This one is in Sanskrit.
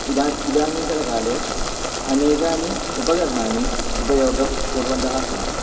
इदा इदानीन्तनकाले अनेकानि उपकरणानि उपयोगं कुर्वन्तः सन्ति